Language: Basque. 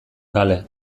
kale